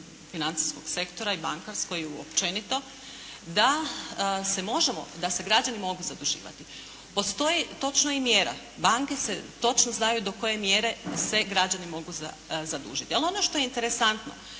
financijskog sektora i bankarskog i općenito, da se građani mogu zaduživati. Postoji točno i mjera, banke točno znaju do koje mjere se građani mogu zadužiti. Ali ono što je interesantno,